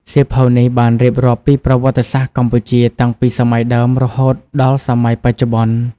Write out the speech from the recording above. សៀវភៅនេះបានរៀបរាប់ពីប្រវត្តិសាស្ត្រកម្ពុជាតាំងពីសម័យដើមរហូតដល់សម័យបច្ចុប្បន្ន។